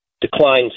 declines